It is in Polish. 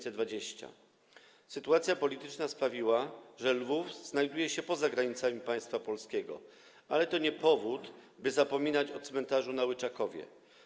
Sytuacja polityczna sprawiła, że Lwów znajduje się poza granicami państwa polskiego, ale to nie powód, by zapominać o cmentarzu na Łyczakowie.